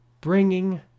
bringing